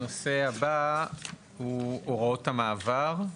הנושא הבא הוא הוראות המעבר.